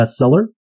bestseller